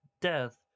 death